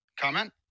Comment